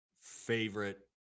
favorite